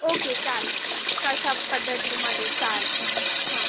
okay चालेल कशा पद्धतीमध्ये चालेल हां